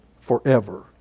forever